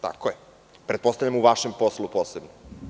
Tako je, pretpostavljam u vašem poslu posebno.